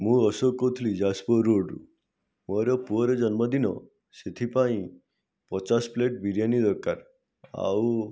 ମୁଁ ଅଶୋକ କହୁଥିଲି ଯାଜପୁର ରୋଡ଼ରୁ ମୋର ପୁଅର ଜନ୍ମଦିନ ସେଥିପାଇଁ ପଚାଶ ପ୍ଲେଟ୍ ବିରିୟାନୀ ଦରକାର ଆଉ